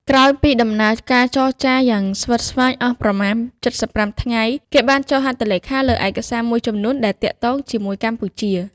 ក្រោយពីដំណើរការចរចាយ៉ាងស្វិតស្វាញអស់ប្រមាណ៧៥ថ្ងៃ គេបានចុះហត្ថលេខា លើឯកសារមួយចំនួនដែលទាក់ទងជាមួយកម្ពុជា។